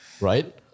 Right